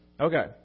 Okay